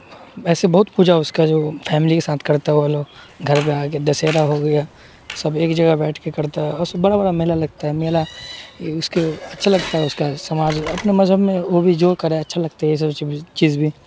ایسے بہت پوجا اس کا جو فیملی کے ساتھ کرتا ہے وہ لوگ گھر پہ آ کے دشہرا ہو گیا سب ایک جگہ بیٹھ کے کرتا ہے اور بڑا بڑا میلہ لگتا ہے میلہ اس کو اچھا لگتا ہے اس کا سماج اپنے مذہب میں وہ بھی جو کرے اچھا لگتا ہے یہ سب چیز چیز بھی